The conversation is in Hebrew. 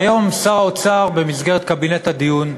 היום שר האוצר, במסגרת קבינט הדיור,